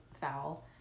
foul